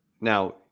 now